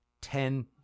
ten